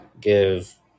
give